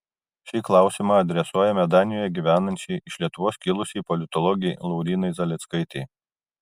šį klausimą adresuojame danijoje gyvenančiai iš lietuvos kilusiai politologei laurynai zaleckaitei